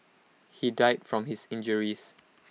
he died from his injuries